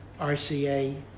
RCA